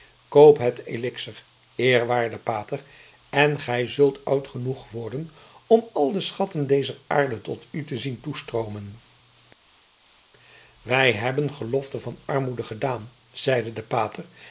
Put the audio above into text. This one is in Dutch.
koop het elixir eerwaarde pater en gij zult oud genoeg worden om al de schatten dezer aarde tot u te zien toestroomen wij hebben gelofte van armoede gedaan zeide de pater